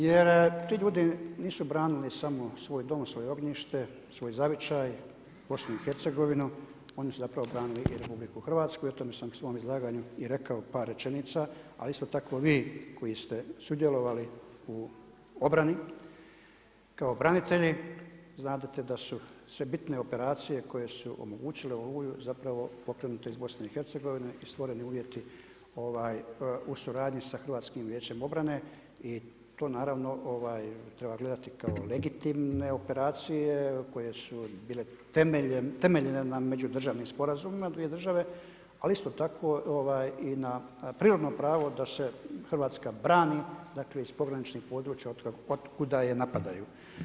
Jer ti ljudi nisu branili samo svoj dom, svoje ognjište, svoj zavičaj, BiH, oni su zapravo branili i RH i o tome sam u svom izlaganju i rekao par rečenica a isto tako vi koji ste sudjelovali u obrani kao branitelji znadete da su sve bitne operacije koje su omogućile „Oluju“ zapravo pokrenute iz BiH i stvoreni uvjeti u suradnji sa HVO-om i to naravno treba gledati kao legitimne operacije koje su bile temeljene na međudržavnim sporazumima dvije države ali isto tako i na prirodnom pravu da se Hrvatska brani dakle iz pograničnih područja otkuda je napadaju.